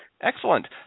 Excellent